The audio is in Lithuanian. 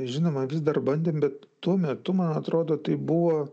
žinoma vis dar bandėm bet tuo metu man atrodo tai buvo